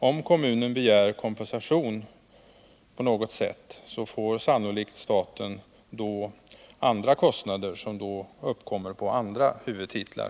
Om kommunen begär kompensation på något sätt får sannolikt staten andra kostnader, som då kommer upp under andra huvudtitlar.